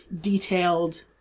detailed